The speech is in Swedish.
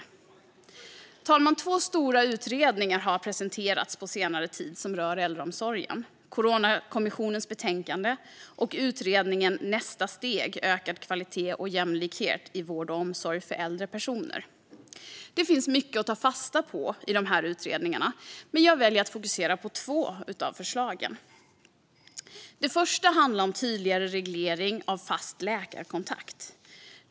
Herr talman! Två stora utredningar har presenterats på senare tid som rör äldreomsorgen: Coronakommissionens betänkande och utredningen Nästa steg , ökad kvalitet och jämlikhet i vård och omsorg för äldre personer . Det finns mycket att ta fasta på i dessa utredningar, men jag väljer att fokusera på två av förslagen. Det första handlar om en tydligare reglering av fast läkarkontakt.